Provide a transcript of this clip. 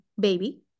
baby